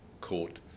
court